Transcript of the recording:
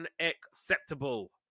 unacceptable